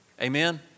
Amen